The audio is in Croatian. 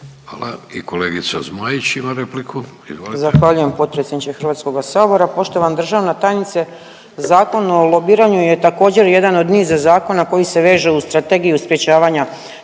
Hvala. I kolegica Zmaić ima repliku.